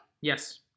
Yes